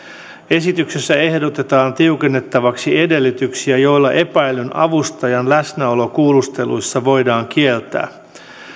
esityksessä ehdotetaan tiukennettavaksi edellytyksiä joilla epäillyn avustajan läsnäolo kuulustelussa voidaan kieltää